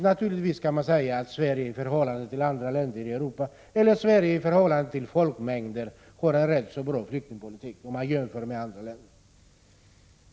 Naturligtvis kan man säga att Sverige med hänsyn till sin folkmängd har en ganska bra flyktingpolitik i jämförelse med andra länder.